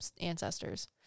ancestors